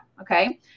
Okay